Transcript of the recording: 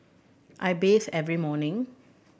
I bathe every morning